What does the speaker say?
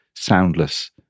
soundless